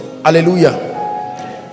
hallelujah